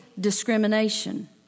discrimination